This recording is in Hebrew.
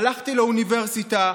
הלכתי לאוניברסיטה,